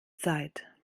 zeit